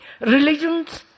Religions